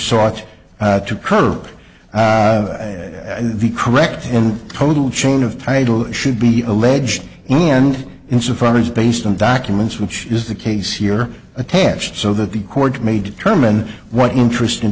sought to curb the correct and total chain of title should be alleged and insofar as based on documents which is the case here attached so that the court may determine what interest in